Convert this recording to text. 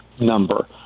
number